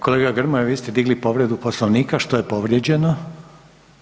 Kolega Grmoja, vi ste digli povredu Poslovnika, što je povrijeđeno?